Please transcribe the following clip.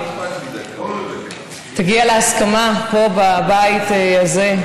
תגיע להסכמה פה בבית הזה.